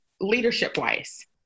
Leadership-wise